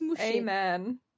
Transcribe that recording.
Amen